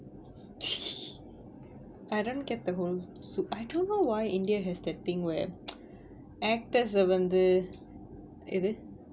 I don't get the whole suit I don't know why india has that thing where actors வந்து எது:vanthu ethu